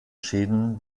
schäden